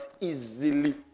easily